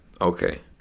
Okay